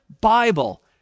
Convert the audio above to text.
Bible